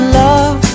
love